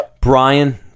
brian